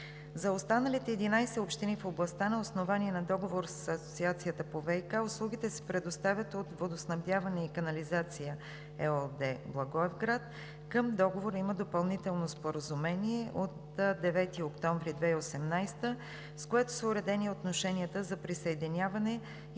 За останалите 11 общини в областта на основание на договор с Асоциацията по ВиК услугите се предоставят от „Водоснабдяване и канализация“ ООД – Благоевград. Към договора има Допълнително споразумение от 9 октомври 2018 г., с което са уредени отношенията за присъединяване и